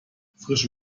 frische